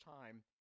time